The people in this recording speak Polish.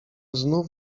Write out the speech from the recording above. znów